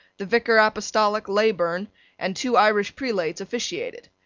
the vicar apostolic leyburn and two irish prelates officiated.